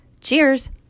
Cheers